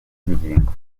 ngingo